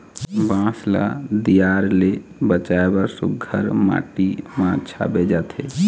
बांस ल दियार ले बचाए बर सुग्घर माटी म छाबे जाथे